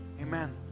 Amen